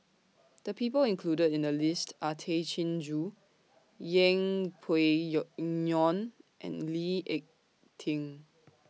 The People included in The list Are Tay Chin Joo Yeng Pway Yo Ngon and Lee Ek Tieng